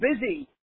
busy